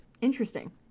Interesting